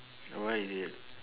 oh what is it